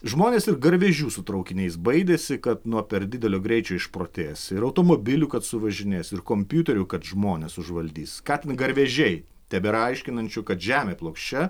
žmonės ir garvežių su traukiniais baidėsi kad nuo per didelio greičio išprotės ir automobilių kad suvažinės ir kompiuterių kad žmones užvaldys ką ten garvežiai tebėra aiškinančių kad žemė plokščia